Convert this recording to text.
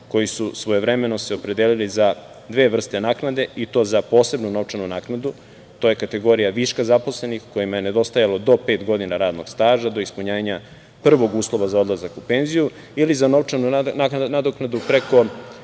koji su se svojevremeno opredelili za dve vrste naknade, i to za posebnu novčanu naknadu. To je kategorija viška zaposlenih kojima je nedostajalo do pet godina radnog staža do ispunjenja prvog uslova za odlazak u penziju ili za novčanu nadoknadu preko